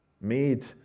made